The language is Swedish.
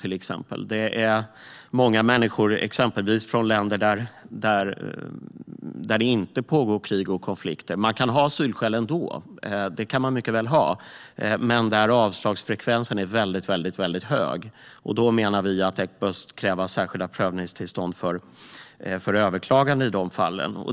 Det kommer många människor från länder där det inte pågår krig och konflikter. Man kan mycket väl ha asylskäl ändå, men avslagsfrekvensen är väldigt hög. Vi menar att det bör krävas särskilda prövningstillstånd för överklaganden i dessa fall.